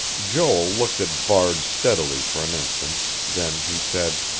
joel looked at varde steadily for an instant then he said